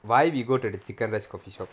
why we go to the chicken rice coffee shop